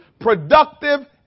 productive